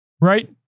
right